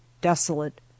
desolate